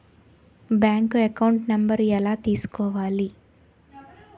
Bank account number ఎలా తీసుకోవాలి?